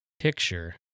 picture